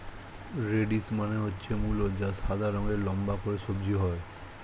radish মানে হচ্ছে মূলো যা সাদা রঙের লম্বা করে সবজি হয়